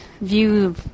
view